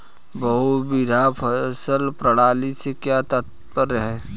बहुविध फसल प्रणाली से क्या तात्पर्य है?